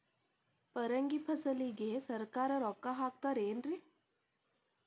ಪರಂಗಿ ಫಸಲಿಗೆ ಸರಕಾರ ರೊಕ್ಕ ಹಾಕತಾರ ಏನ್ರಿ?